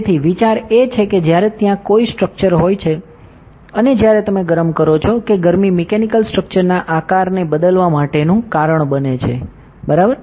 તેથી વિચાર એ છે કે જ્યારે ત્યાં કોઈ સ્ટ્ર્ક્ચર હોય છે અને જ્યારે તમે ગરમ કરો છો કે ગરમી મિકેનિકલ સ્ટ્ર્ક્ચરના આકારને બદલવા માટેનું કારણ બને છે બરાબર